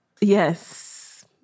Yes